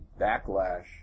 backlash